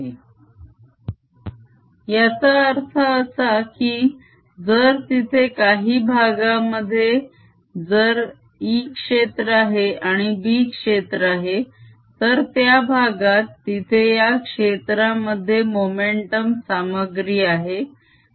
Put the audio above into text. Momentum densityMvL3Sc2 याचा अर्थ असा की जर तिथे काही भागामध्ये जर E क्षेत्र आहे आणि B क्षेत्र आहे तर त्या भागात तिथे या क्षेत्रामध्ये मोमेंटम सामग्री आहे